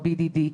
BDD,